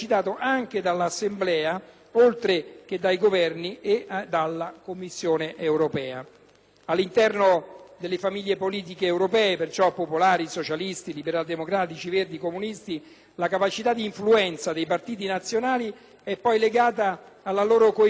All'interno delle famiglie politiche europee (popolari, socialisti, liberal-democratici, verdi, comunisti) la capacità di influenza dei Partiti nazionali è poi legata alla loro coesione politica e la frammentazione è inversamente proporzionale all'esercizio di questa influenza.